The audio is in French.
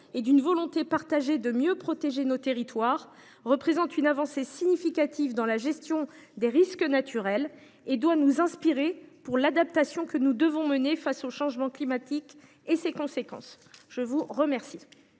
et d’une volonté partagée de mieux protéger nos territoires, représente une avancée significative dans la gestion des risques naturels et doit nous inspirer pour l’adaptation à laquelle nous devons procéder pour faire face au changement climatique et à ses conséquences. La discussion